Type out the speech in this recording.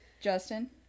Justin